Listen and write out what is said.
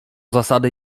zasady